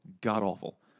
god-awful